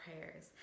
prayers